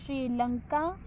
Sri Lanka